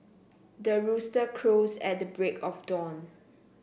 the rooster crows at the break of dawn